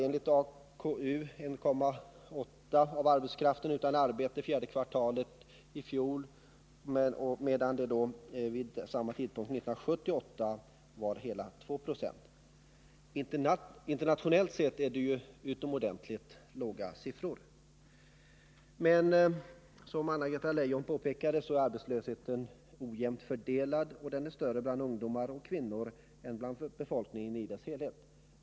Enligt AKU var 1,8 90 av arbetskraften utan arbete under fjärde kvartalet i fjol mot 2 Zo vid samma tidpunkt 1978. Internationellt sett är det ju utomordentligt låga siffror. Men som Anna-Greta Leijon påpekade är arbetslösheten ojämnt fördelad, och den är större bland ungdomar och kvinnor än bland befolkningen i dess helhet.